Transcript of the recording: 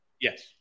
yes